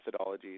methodologies